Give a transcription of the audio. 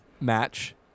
match